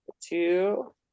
two